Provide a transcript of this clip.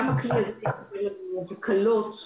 הקלות דיפרנציאליות,